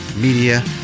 Media